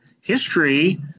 history